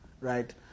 right